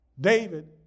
David